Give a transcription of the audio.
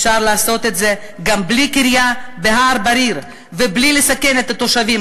אפשר לעשות את זה גם בלי כרייה בהר-בריר ובלי לסכן את התושבים,